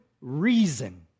reason